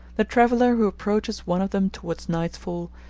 the traveller who approaches one of them towards nightfall,